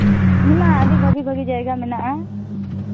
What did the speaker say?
ᱢᱮᱱᱟᱜᱼᱟ ᱟᱹᱰᱤ ᱵᱷᱟᱹᱜᱤ ᱵᱷᱟᱹᱜᱤ ᱡᱟᱭᱜᱟ ᱢᱮᱱᱟᱜᱼᱟ